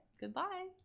goodbye